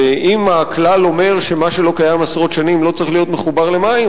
ואם הכלל אומר שמה שלא קיים עשרות שנים לא צריך להיות מחובר למים,